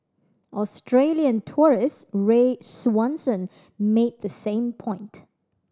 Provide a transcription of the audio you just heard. Australian tourist Ray Swanson made the same point